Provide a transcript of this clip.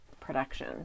production